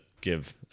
give